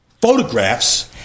photographs